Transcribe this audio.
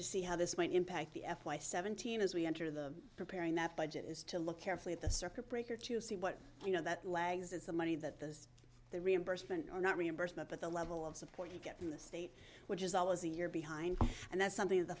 to see how this might impact the f y seventeen as we enter the preparing that budget is to look carefully at the circuit breaker to see what you know that lags it's a money that those the reimbursement are not reimbursement but the level of support you get from the state which is always a year behind and that's something th